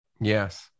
Yes